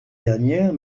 dernière